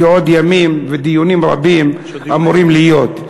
כי עוד ימים ודיונים רבים אמורים להיות.